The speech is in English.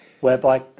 whereby